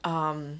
um